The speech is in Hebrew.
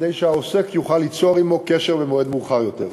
כדי שהעוסק יוכל ליצור עמו קשר במועד מאוחר יותר.